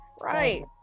Right